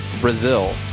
Brazil